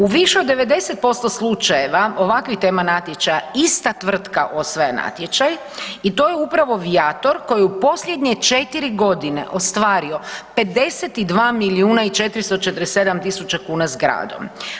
U više od 90% slučajeva ovakvi tema natječaja ista tvrtka osvaja natječaj i to je upravo „Viator“ koji je u posljednje 4.g. ostvario 52 milijuna i 447 tisuća kuna s gradom.